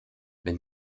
wenn